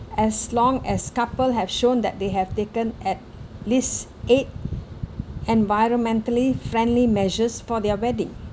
as long as couple have shown that they have taken at least eight environmentally friendly measures for their wedding